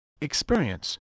experience